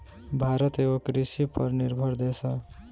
भारत एगो कृषि पर निर्भर देश ह